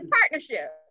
partnership